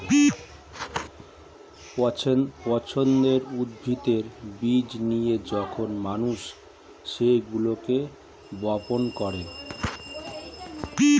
পছন্দের উদ্ভিদের বীজ নিয়ে যখন মানুষ সেগুলোকে বপন করে